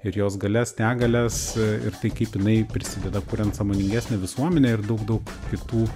ir jos galias negalias ir tai kaip jinai prisideda kuriant sąmoningesnę visuomenę ir daug daug kitų